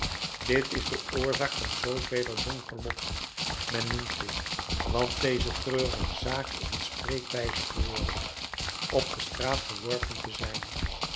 dit is de oorzaak van zoo veler donker lot men noemt dit want deze treurige zaak is een spreekwijze geworden op de straat geworpen te zijn